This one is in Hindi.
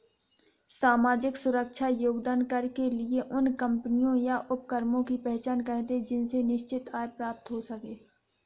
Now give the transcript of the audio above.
सामाजिक सुरक्षा योगदान कर के लिए उन कम्पनियों या उपक्रमों की पहचान करते हैं जिनसे निश्चित आय प्राप्त हो सके